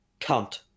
cunt